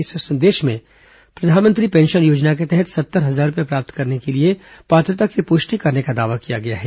इस संदेश में प्रधानमंत्री पेंशन योजना के तहत सत्तर हजार रुपये प्राप्त करने के लिए पात्रता की पुष्टि करने का दावा किया गया है